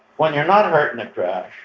when you're not hurt in the crash,